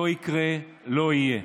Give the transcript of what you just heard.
לא יקרה, לא יהיה.